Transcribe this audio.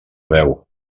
veu